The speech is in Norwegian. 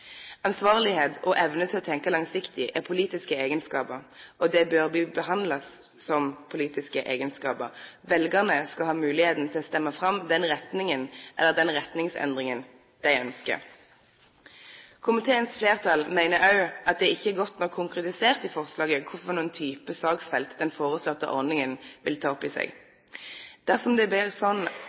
Ansvarlighet og evne til å tenke langsiktig er politiske egenskaper, og bør behandles som politiske egenskaper. Velgerne skal ha muligheten til å stemme fram den retningen eller den retningsendringen de ønsker. Komiteens flertall mener også at det ikke er godt nok konkretisert i forslaget hvilke typer saksfelt den foreslåtte ordningen vil ta opp i seg. Dersom det blir